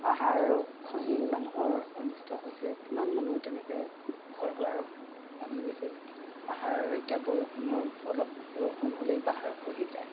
পাহাৰো খহি মানুহৰ অনিষ্ট হৈছে কিমান মানুহ তেনেকৈ ঘৰ দুৱাৰ ভাঙি গৈছে পাহাৰ এতিয়া বৰষুণৰ অলপ বৰষুণ হ'লেই পাহাৰ খহি যায়